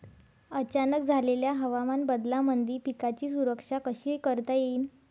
अचानक झालेल्या हवामान बदलामंदी पिकाची सुरक्षा कशी करता येईन?